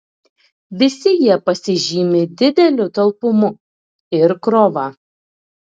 visi jie pasižymi dideliu talpumu ir krova